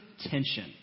tension